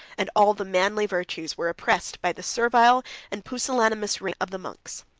and all the manly virtues were oppressed by the servile and pusillanimous reign of the monks.